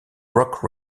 rock